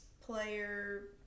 player